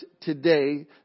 today